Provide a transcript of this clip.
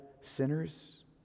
sinners